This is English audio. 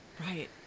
Right